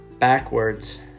Backwards